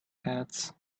heads